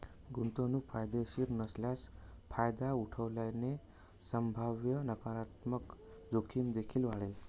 गुंतवणूक फायदेशीर नसल्यास फायदा उठवल्याने संभाव्य नकारात्मक जोखीम देखील वाढेल